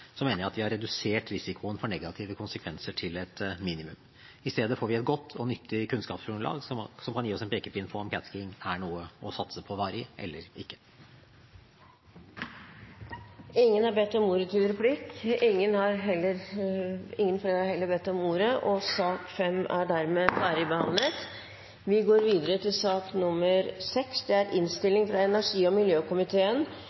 mener jeg vi har redusert risikoen for negative konsekvenser til et minimum. I stedet får vi et godt og nyttig kunnskapsgrunnlag som kan gi oss en pekepinn på om catskiing er noe å satse på varig – eller ikke. Flere har ikke bedt om ordet til sak nr. 5. Etter ønske fra komiteen vil presidenten foreslå at taletiden blir begrenset til 5 minutter til hver partigruppe og 5 minutter til medlemmer av regjeringen. Presidenten vil videre foreslå at det